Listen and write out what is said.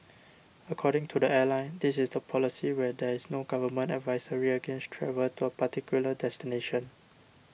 according to the airline this is the policy when there is no government advisory against travel to a particular destination